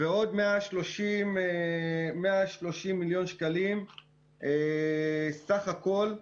ועוד 130 מיליון שקלים בסך הכול.